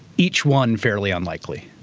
each one fairly unlikely.